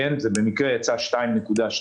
זה במקרה יצא 2.2%